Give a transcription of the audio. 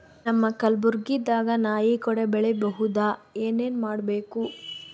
ನಮ್ಮ ಕಲಬುರ್ಗಿ ದಾಗ ನಾಯಿ ಕೊಡೆ ಬೆಳಿ ಬಹುದಾ, ಏನ ಏನ್ ಮಾಡಬೇಕು?